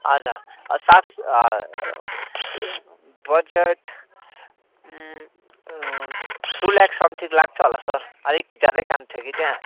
हजुर अँ सास बजट टू ल्याख्स समथिङ लाग्छ होला सर अलिक ज्यादै काम थियो कि त्यहाँ